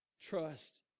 Trust